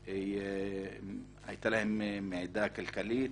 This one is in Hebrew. שהיתה להם מעידה כלכלית,